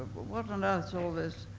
what on earth's all this?